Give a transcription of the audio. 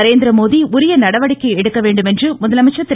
நரேந்திரமோடி உரிய நடவடிக்கை எடுக்க வேண்டும் என்று முதலமைச்சர் திரு